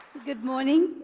good morning.